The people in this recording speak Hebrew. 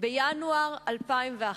בינואר 2001,